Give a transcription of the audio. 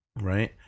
Right